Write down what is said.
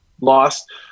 lost